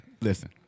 listen